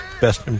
best